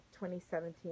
2017